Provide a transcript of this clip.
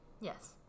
yes